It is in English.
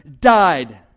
died